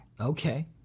Okay